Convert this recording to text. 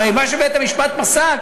הרי מה שבית-המשפט פסק,